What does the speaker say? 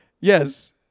Yes